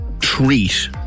treat